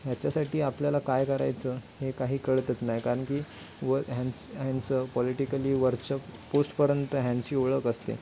ह्याच्यासाठी आपल्याला काय करायचं हे काही कळतच नाही कारण की व ह्यांच ह्यांचं पॉलिटिकली वरच्या पोस्टपर्यंत ह्यांची ओळख असते